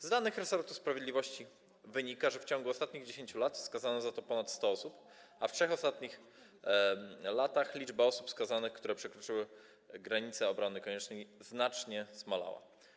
Z danych resortu sprawiedliwości wynika, że w ciągu ostatnich 10 lat skazano za to ponad 100 osób, a w ostatnich 3 latach liczba osób skazanych, które przekroczyły granice obrony koniecznej, znacznie zmalała.